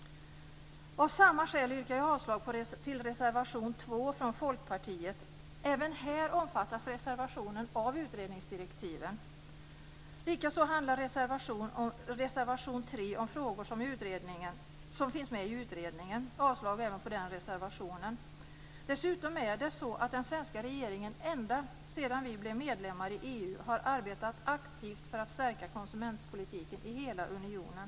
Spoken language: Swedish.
Av samma skäl yrkar jag avslag på reservation 2 från Folkpartiet. Även här omfattas reservationen av utredningsdirektiven. Likaså handlar reservation 3 om frågor som finns med i utredningen. Jag yrkar avslag även på den reservationen. Dessutom är det så att den svenska regeringen ända sedan vi blev medlemmar i EU har arbetat aktivt för att stärka konsumentpolitiken i hela unionen.